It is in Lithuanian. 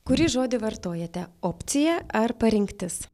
kurį žodį vartojate opcija ar parinktis